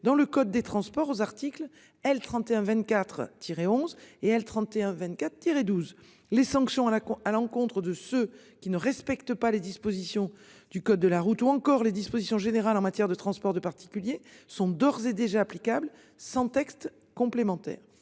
dans le code des transports aux articles L. 31 24 tiré 11 et elle 31 24 tiré 12 les sanctions à la cour à l'encontre de ceux qui ne respectent pas les dispositions du code de la route ou encore les dispositions générales en matière de transport de particuliers sont d'ores et déjà applicables sans texte complémentaire.